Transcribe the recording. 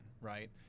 right